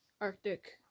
Arctic